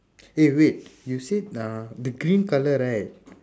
eh wait you said ah the green colour right